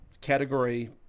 category